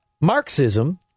Marxism